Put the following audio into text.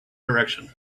direction